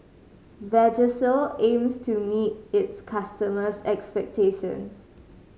Vagisil aims to meet its customers' expectations